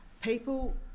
People